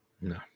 No